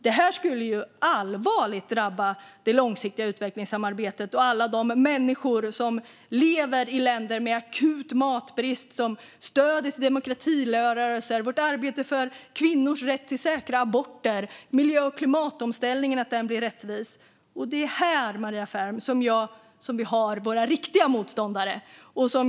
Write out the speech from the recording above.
Detta skulle allvarligt drabba det långsiktiga utvecklingssamarbetet och alla de människor som lever i länder med akut matbrist. Det skulle drabba stödet till demokratirörelser, vårt arbete för kvinnors rätt till säkra aborter och arbetet för att miljö och klimatomställningen blir rättvis. Det är här, Maria Ferm, som vi har våra riktiga motståndare.